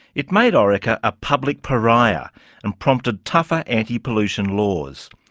it made orica a public pariah and prompted tougher anti-pollution laws.